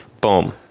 Boom